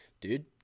dude